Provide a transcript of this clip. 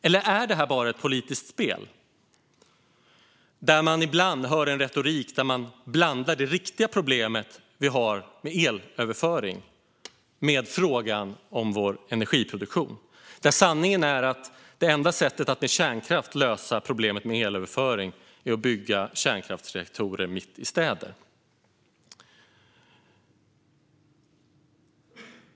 Eller är det här bara ett politiskt spel där man ibland har en retorik där man blandar det riktiga problem som vi har med elöverföring med frågan om vår energiproduktion? Sanningen är att det enda sättet att med hjälp av kärnkraft lösa problemet med elöverföring är att bygga kärnkraftsreaktorer mitt i städer.